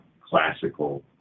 classical